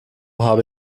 habe